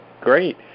great